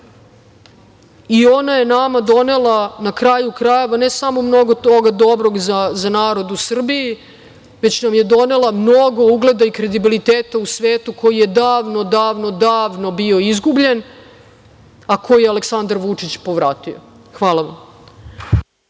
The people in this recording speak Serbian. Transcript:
i ona je nama donela, na kraju krajeva, ne samo mnogo toga dobrog za narod u Srbiji, već nam je donela mnogo ugleda i kredibiliteta u svetu, koji je davno, davno, davno bio izgubljen, a koji je Aleksandar Vučić povratio. Hvala vam.